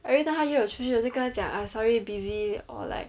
everytime 她约出去我就跟她讲 ah sorry busy or like